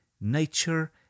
nature